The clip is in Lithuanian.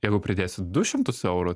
jeigu pridėsit du šimtus eurų